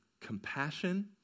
compassion